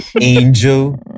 Angel